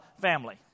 family